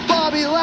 Bobby